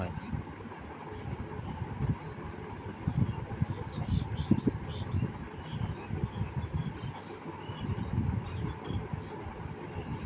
রাবারের অনেক গুন আছে যেমন পাইপ, টায়র ইত্যাদি তৈরিতে ব্যবহৃত হয়